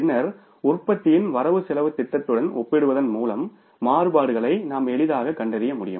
பின்னர் உற்பத்தியின் வரவுசெலவுத் திட்டத்துடன் ஒப்பிடுவதன் மூலம் மாறுபாடுகளை நாம் எளிதாகக் கண்டறிய முடியும்